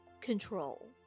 control